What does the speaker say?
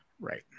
Right